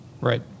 Right